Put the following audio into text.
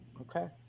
Okay